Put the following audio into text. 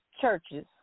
churches